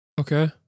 Okay